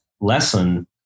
lesson